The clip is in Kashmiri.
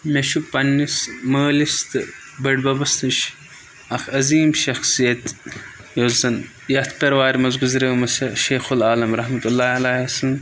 مےٚ چھُ پنٛنِس مٲلِس تہٕ بٔڈۍ بَبَس نِش اَکھ عظیٖم شخص یۄس زَن یتھ پِرٕوارِ منٛز گُزریٲمٕژ چھےٚ شیخ العالم رحمت اللہ علیہ سُنٛد